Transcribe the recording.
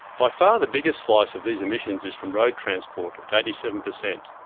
by far the biggest slice of these emissions is from road transport at eighty seven per cent.